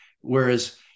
Whereas